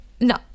No